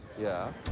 yeah.